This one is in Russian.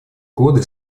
годы